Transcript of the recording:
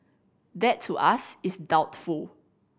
that to us is doubtful